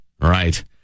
right